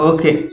Okay